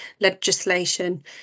legislation